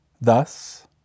Thus